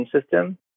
system